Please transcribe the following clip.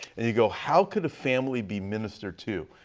and you go how can a family be ministered to?